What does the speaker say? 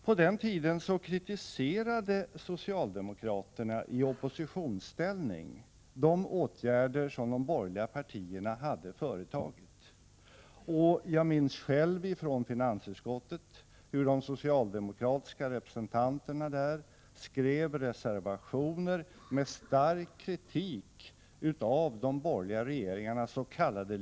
På den tiden kritiserade socialdemokraterna i oppositionsställning de åtgärder som de borgerliga partierna hade företagit. Jag minns själv från finansutskottet hur de socialdemokratiska representanterna där skrev reservationer med stark kritik av de borgerliga regeringarnas ss.k.